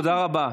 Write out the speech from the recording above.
תודה רבה.